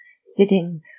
sitting